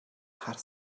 хар